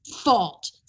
fault